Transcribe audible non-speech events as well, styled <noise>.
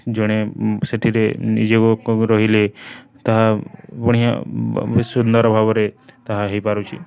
ଜଣେ ସେଠିରେ <unintelligible> ରହିଲେ ତାହା ବଢ଼ିଆ ସୁନ୍ଦର ଭାବରେ ତାହା ହୋଇପାରୁଛିି